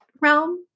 realm